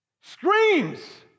screams